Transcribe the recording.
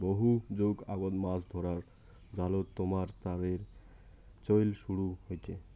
বহু যুগ আগত মাছ ধরার জালত তামার তারের চইল শুরু হইচে